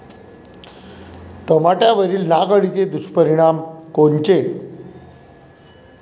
टमाट्यावरील नाग अळीचे दुष्परिणाम कोनचे?